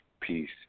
peace